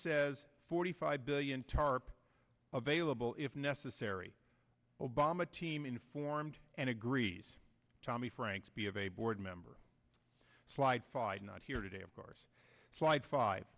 says forty five billion tarp of vailable if necessary obama team informed and agrees tommy franks b of a board member slide five not here today of course flight five